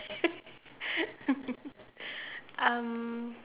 um